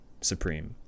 supreme